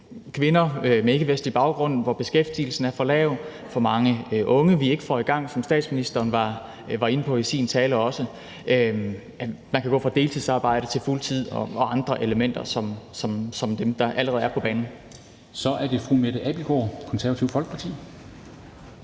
kvinder med ikkevestlig baggrund, hvor beskæftigelsen er for lav, og om for mange unge, vi ikke får i gang, hvad statsministeren var inde på i sin tale også, og om, at man kan gå fra deltidsarbejde til fuldtid, og andre elementer, der allerede er på banen. Kl. 10:04 Formanden (Henrik